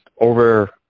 over